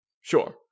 Sure